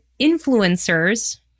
influencers